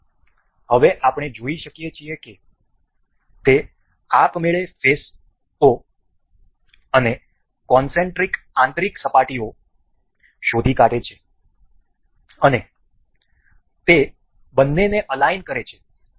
તેથી હવે આપણે જોઈ શકીએ છીએ કે તે આપમેળે ફેસઓ અને કોનસેન્ટ્રિક આંતરિક સપાટીઓ શોધી કાઢે છે અને તે બંનેને અલાઈન કર્યા છે